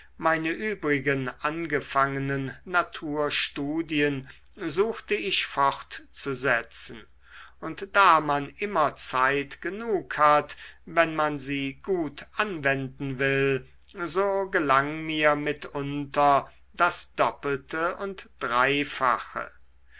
meine übrigen angefangenen naturstudien suchte ich fortzusetzen und da man immer zeit genug hat wenn man sie gut anwenden will so gelang mir mitunter das doppelte und dreifache